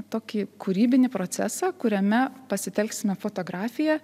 tokį kūrybinį procesą kuriame pasitelksime fotografiją